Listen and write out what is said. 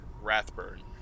Rathburn